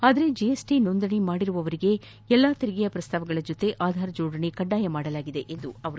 ಆದರೆ ಜಿಎಸ್ಟಿಗೆ ನೋಂದಣಿ ಮಾಡಿದವರಿಗೆ ಎಲ್ಲಾ ತೆರಿಗೆಯ ಪ್ರಸ್ತಾವಗಳ ಜೊತೆಗೆ ಆಧಾರ್ ಜೋಡಣೆ ಕಡ್ಡಾಯ ಮಾಡಲಾಗಿದೆ ಎಂದರು